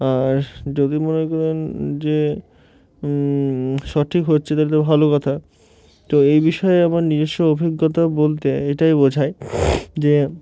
আর যদি মনে করেন যে সঠিক হচ্ছে তাহ তো ভালো কথা তো এই বিষয়ে আমার নিজস্ব অভিজ্ঞতা বলতে এটাই বোঝায় যে